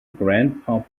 grandpa